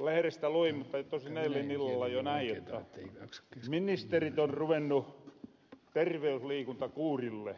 lehrestä luin mutta tosin eilen illalla jo näin jotta ministerit on ruvennu terveysliikuntakuurille